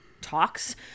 talks